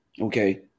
okay